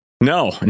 No